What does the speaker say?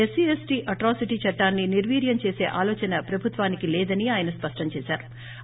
SC ST atrocity చట్టాన్ని నిర్వీర్యం చేస ఆలోచన ప్రభుత్వానికి లేదని ఆయన స్పష్టం చేశారు